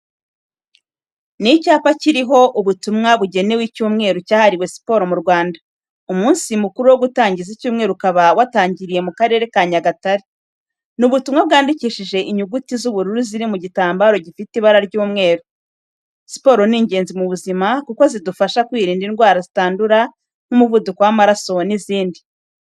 Ni icyapa kiriho ubutumwa bugenewe icyumweru cyahariwe siporo mu Rwanda, umunsi mukuru wo gutangiza icyumweru ukaba watangiriye mu karere ka Nyagatare. Ni ubutumwa bwandikishije inyuguti z'ubururu ziri ku gitambaro gifite ibara ry'umweru. Siporo ni ingenzi mu buzima kuko zidufasha kwirinda indwara zitandura nk'umuvuduko w'amaraso n'izindi.